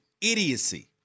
idiocy